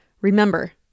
Remember